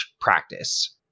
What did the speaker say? practice